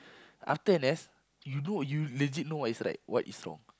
after N_S you do you legit know what is right what is wrong